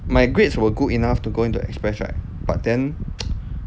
my grades were good enough to go into express right but then